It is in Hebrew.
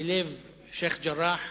בלב שיח'-ג'ראח,